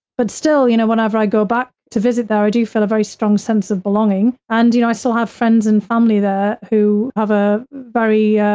but still, you know, whenever i go back to visit there, i do feel a very strong sense of belonging. and you know, i still have friends and family there who have a very, yeah